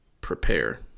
prepare